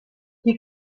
die